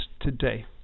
today